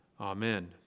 Amen